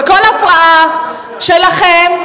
וכל הפרעה שלכם,